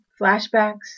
flashbacks